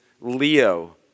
Leo